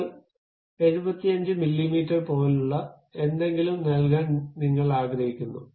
ഇപ്പോൾ 75 മില്ലിമീറ്റർ പോലുള്ള എന്തെങ്കിലും നൽകാൻ നിങ്ങൾ ആഗ്രഹിക്കുന്നു